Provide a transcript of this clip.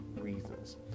reasons